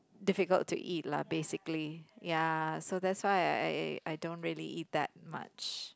difficult to eat lah basically ya so that's why I I I don't really eat that much